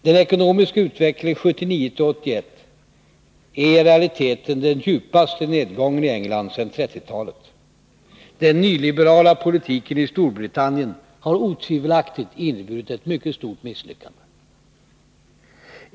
Den ekonomiska utvecklingen 1979-1981 är i realiteten den djupaste nedgången i England sedan 1930-talet. Den nyliberala politiken i Storbritannien har otvivelaktigt inneburit ett mycket stort misslyckande.